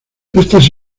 estas